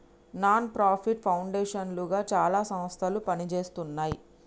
non profit foundation లుగా చాలా సంస్థలు పనిజేస్తున్నాయి